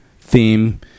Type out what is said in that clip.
theme